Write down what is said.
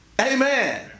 Amen